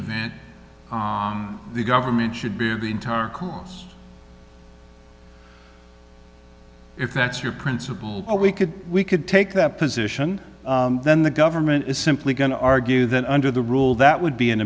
event the government should be the entire us if that's your principal we could we could take that position then the government is simply going to argue that under the rule that would be an